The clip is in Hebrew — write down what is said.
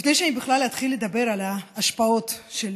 לפני שבכלל אתחיל לדבר על ההשפעות של